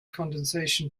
condensation